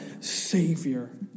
Savior